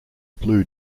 blue